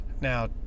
Now